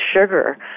sugar